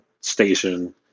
station